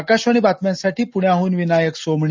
आकाशवाणी बातम्यांसाठी पुण्याहून विनायक सोमणी